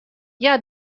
hja